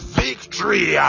victory